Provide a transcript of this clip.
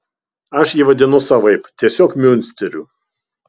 aš jį vadinu savaip tiesiog miunsteriu